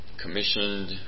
commissioned